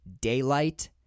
daylight